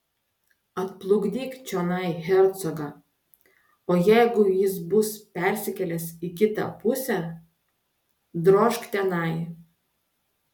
atplukdyk čionai hercogą o jeigu jis bus persikėlęs į kitą pusę drožk tenai